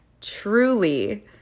truly